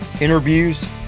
interviews